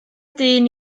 dyn